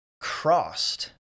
crossed